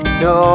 no